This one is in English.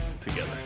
together